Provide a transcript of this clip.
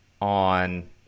on